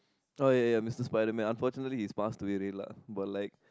oh ya ya ya Mister Spider Man unfortunately he's passed away already lah but like